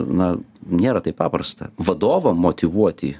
na nėra taip paprasta vadovą motyvuoti